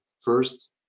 first